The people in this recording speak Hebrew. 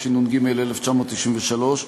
התשנ"ג 1993,